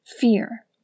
fear